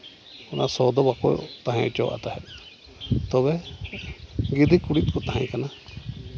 ᱚᱱᱟ ᱥᱚ ᱫᱚ ᱵᱟᱠᱚ ᱛᱟᱦᱮᱸ ᱦᱚᱪᱚᱣᱟᱜ ᱛᱟᱦᱮᱸᱫ ᱛᱚᱵᱮ ᱜᱤᱫᱤ ᱠᱩᱬᱤᱫ ᱠᱚ ᱛᱟᱦᱮᱸ ᱠᱟᱱᱟ